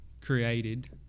created